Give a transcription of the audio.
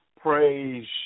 Praise